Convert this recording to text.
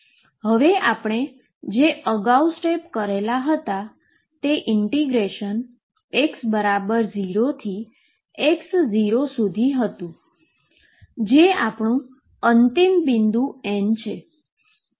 હવે આપણે જે અગાઉ સ્ટેપ કરેલા હતા તે ઈન્ટીગ્રેશન x0 થી x0 સુધી હતું જે આપણું અંતિમ બિંદુ N છે